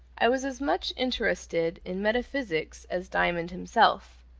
i was as much interested in metaphysics as diamond himself,